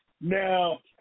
Now